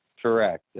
Correct